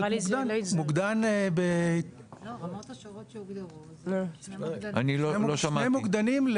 מוקדן, שני מוקדנים.